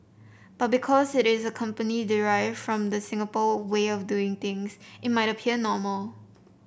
but because it is a company derived from the Singapore way of doing things it might appear normal